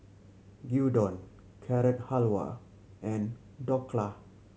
Gyudon Carrot Halwa and Dhokla